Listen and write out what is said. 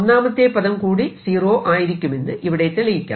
ഒന്നാമത്തെ പദം കൂടി സീറോ ആയിരിക്കുമെന്ന് ഇവിടെ തെളിയിക്കാം